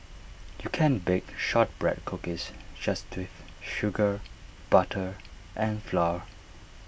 you can bake Shortbread Cookies just with sugar butter and flour